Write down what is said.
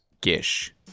gish